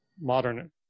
modern